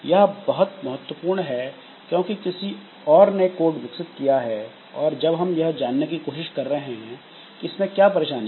यह बहुत महत्वपूर्ण है क्योंकि किसी और ने कोड विकसित किया है और अब हम यह जानने की कोशिश कर रहे हैं इसमें क्या परेशानी